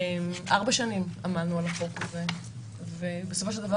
4 שנים עמלנו על החוק הזה ובסופו של דבר